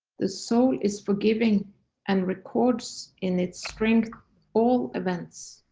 the soul is forgiving and records in its strength all events.